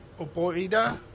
Opoida